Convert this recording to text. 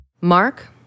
Mark